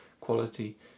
quality